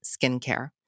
skincare